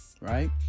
right